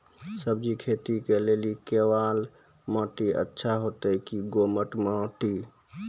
सब्जी खेती के लेली केवाल माटी अच्छा होते की दोमट माटी?